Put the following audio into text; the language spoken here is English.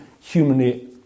humanly